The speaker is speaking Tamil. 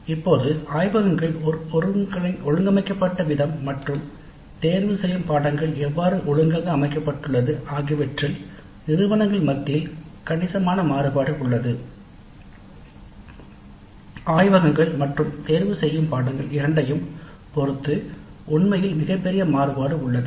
இப்போது ஆய்வகங்கள் ஒழுங்கமைக்கப்பட்ட விதம் மற்றும் தேர்ந்தெடுக்கப்பட்ட பாடநெறிகள் எவ்வாறு ஒழுங்காக அமைக்கப்பட்டுள்ளது ஆகியவற்றில் நிறுவனங்கள் மத்தியில் கணிசமான மாறுபாடு உள்ளது ஆய்வகங்கள் மற்றும் தேர்வுகள் இரண்டையும் பொறுத்துஉண்மையில் மிகப்பெரிய மாறுபாடு உள்ளது